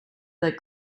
that